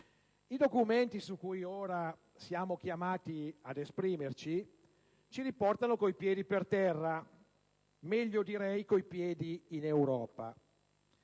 I documenti su cui ora siamo chiamati ad esprimerci ci riportano con i piedi per terra, meglio - direi - con i piedi in Europa;